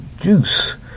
juice